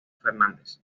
fernández